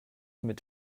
mit